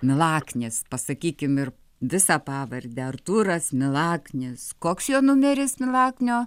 milaknis pasakykim ir visą pavardę artūras milaknis koks jo numeris milaknio